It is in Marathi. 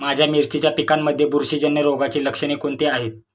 माझ्या मिरचीच्या पिकांमध्ये बुरशीजन्य रोगाची लक्षणे कोणती आहेत?